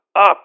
up